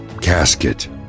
casket